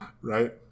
Right